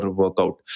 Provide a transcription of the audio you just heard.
workout